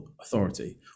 Authority